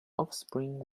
offspring